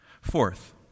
Fourth